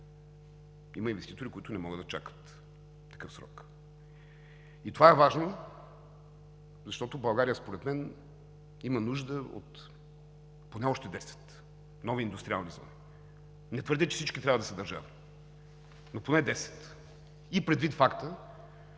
Има инвеститори, които не могат да чакат такъв срок. Това е важно, защото България според мен има нужда от поне още десет нови индустриални зони. Не твърдя, че всички трябва да са държавни, но поне десет. Предвид факта